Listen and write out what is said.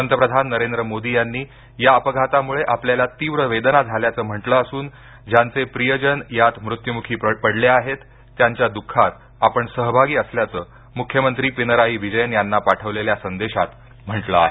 पंतप्रधान नरेंद्र मोदी यांनी या अपघातामुळे आपल्याला तीव्र वेदना झाल्याचं म्हटलं असून ज्यांचे प्रियजन यात मृत्यूमुखी पडले आहेत त्यांच्या द्ःखात आपण सहभागी असल्याचं मुख्यमंत्री पिनराई विजयन यांना पाठवलेल्या संदेशात म्हटलं आहे